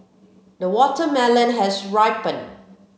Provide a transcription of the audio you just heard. the watermelon has ripened